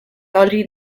already